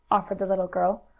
offered the little girl.